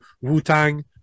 wu-tang